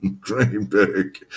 Greenberg